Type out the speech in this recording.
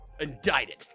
Indicted